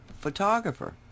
photographer